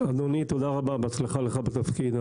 אדוני, תודה רבה, בהצלחה לך בתפקיד.